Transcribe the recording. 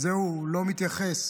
לזה הוא לא מתייחס,